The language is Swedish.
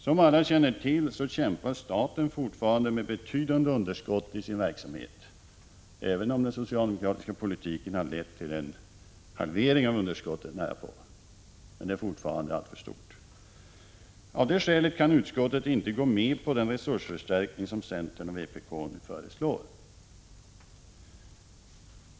Som alla känner till, kämpar staten fortfarande med betydande underskott i sin verksamhet. Även om den socialdemokratiska politiken har lett till närapå en halvering av underskottet, är det fortfarande alltför stort. Av det skälet kan utskottet inte gå med på den resursförstärkning som centern och vpk nu föreslår.